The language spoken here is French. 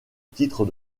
titre